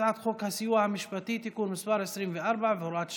הצעת חוק הסיוע המשפטי (תיקון מס' 24 והוראת שעה)